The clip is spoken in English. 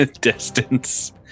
distance